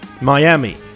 Miami